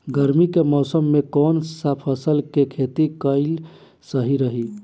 गर्मी के मौषम मे कौन सा फसल के खेती करल सही रही?